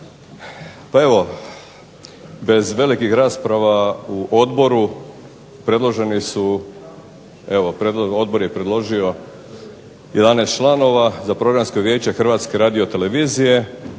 Pa evo bez velikih rasprava u odboru predloženi su odbor je predložio 11 članova za Programsko vijeće HRTV-e i mislim